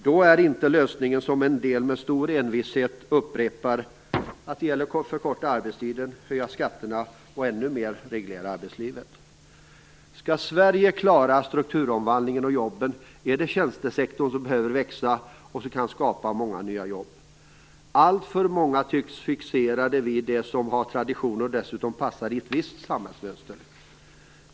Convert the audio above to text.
Då är inte lösningen - som en del med stor envishet upprepar - att det gäller att förkorta arbetstiden, höja skatterna och att ännu mer reglera arbetslivet. Skall Sverige klara strukturomvandlingen och jobben är det tjänstesektorn som behöver växa och skapa många nya jobb. Alltför många tycks vara fixerade vid det traditionella som dessutom passar in i ett visst samhällsmönster.